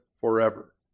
forever